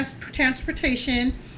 transportation